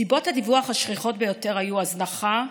סיבות הדיווח השכיחות ביותר היו הזנחה,